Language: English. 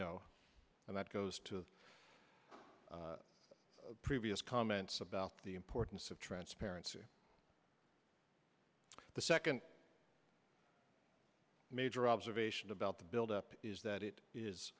know and that goes to previous comments about the importance of transparency the second major observation about the build up is that it is